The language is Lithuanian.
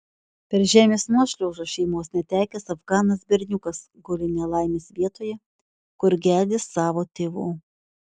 per žemės nuošliaužą šeimos netekęs afganas berniukas guli nelaimės vietoje kur gedi savo tėvų